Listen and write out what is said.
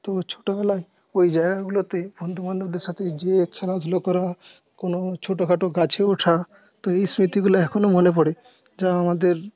তো ছোটবেলায় ওই জায়গাগুলোতে বন্ধু বান্ধবদের সাথে যেয়ে খেলাধুলা করা কোনও ছোটো খাটো গাছে ওঠা তো এই স্মৃতিগুলো এখনও মনে পড়ে যা আমাদের